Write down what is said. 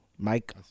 Mike